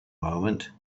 moment